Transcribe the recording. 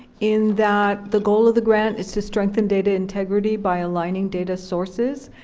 in that the goal of the grant is to strengthen data integrity by aligning data sources.